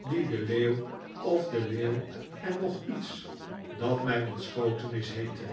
die de leeuw of de leeuw en nog iets dat mij ontschoten is heette